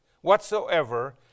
whatsoever